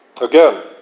Again